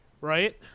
right